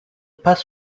pas